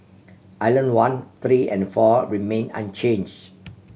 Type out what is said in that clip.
island one three and four remained unchanged